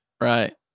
Right